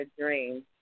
dream